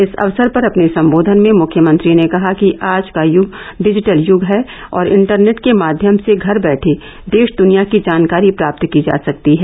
इस अवसर पर अपने संबोधन में मुख्यमंत्री ने कहा कि आज का यूग डिजिटल यूग है और इंटरनेट के माध्यम से घर बैठे देश दुनिया की जानकारी प्राप्त की जा सकती है